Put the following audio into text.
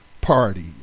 Party